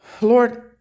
Lord